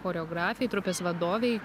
choreografei trupės vadovei